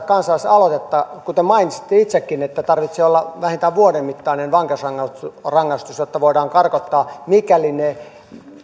kansalaisaloitetta kuten mainitsitte itsekin tarvitsee olla vähintään vuoden mittainen vankeusrangaistus jotta voidaan karkottaa mikäli ne